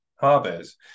harbors